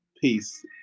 Peace